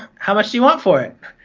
how much do you want for it?